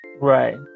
Right